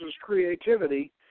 creativity